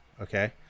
okay